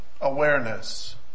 awareness